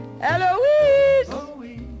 Eloise